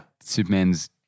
Superman's